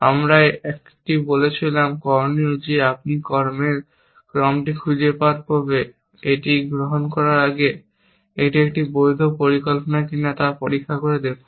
আমরা একটি বলেছিলাম করণীয় হল যে আপনি কর্মের একটি ক্রম খুঁজে পাওয়ার পরে এটি গ্রহণ করার আগে এটি একটি বৈধ পরিকল্পনা কিনা তা পরীক্ষা করে দেখুন